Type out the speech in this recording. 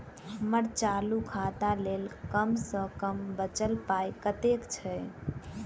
हम्मर चालू खाता लेल कम सँ कम बचल पाइ कतेक छै?